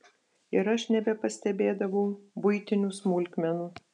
ir aš nebepastebėdavau buitinių smulkmenų